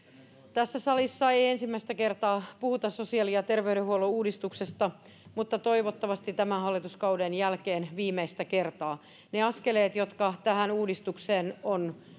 tässä salissa ei ensimmäistä kertaa puhuta sosiaali ja terveydenhuollon uudistuksesta mutta toivottavasti tämän hallituskauden jälkeen viimeistä kertaa ne askeleet jotka tähän uudistukseen on